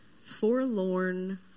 forlorn